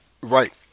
Right